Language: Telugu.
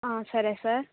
సరే సార్